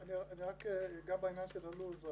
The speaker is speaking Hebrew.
אני רק אגע בעניין של הלו"ז.